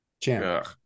Champ